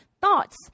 thoughts